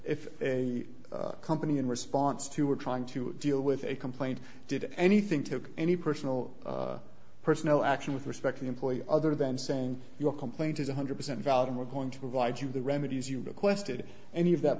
if a company in response to were trying to deal with a complaint did anything to any personal personal action with respect the employee other than saying your complaint is one hundred percent valid and we're going to provide you the remedies you requested any of that